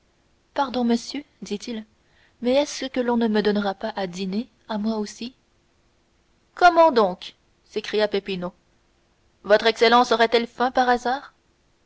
pardon monsieur dit-il mais est-ce que l'on ne me donnera pas à dîner à moi aussi comment donc s'écria peppino votre excellence aurait-elle faim par hasard